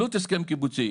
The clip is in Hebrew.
עלות הסכם קיבוצי.